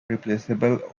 replaceable